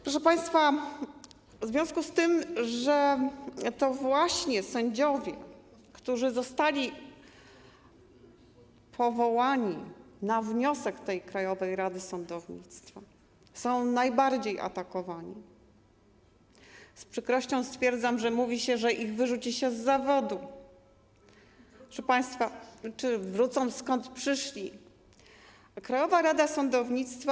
Proszę państwa, w związku z tym, że to właśnie sędziowie, którzy zostali powołani na wniosek Krajowej Rady Sądownictwa, są najbardziej atakowani - z przykrością stwierdzam, że mówi się, że wyrzuci się ich z zawodu czy wrócą, skąd przyszli - Krajowa Rada Sądownictwa.